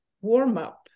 warm-up